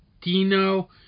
Dino